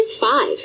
five